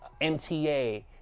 MTA